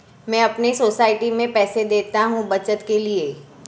मैं अपने सोसाइटी में पैसे देता हूं बचत के लिए